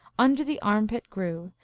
under the armpit grew,